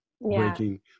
breaking